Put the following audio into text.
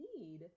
need